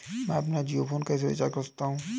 मैं अपना जियो फोन कैसे रिचार्ज कर सकता हूँ?